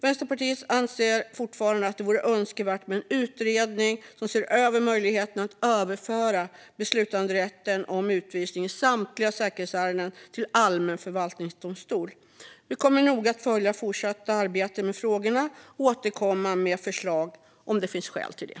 Vänsterpartiet anser fortfarande att det vore önskvärt med en utredning som ser över möjligheterna att överföra beslutanderätten om utvisning i samtliga säkerhetsärenden till allmän förvaltningsdomstol. Vi kommer att noga följa det fortsatta arbetet med frågorna och återkomma med förslag om det finns skäl för det.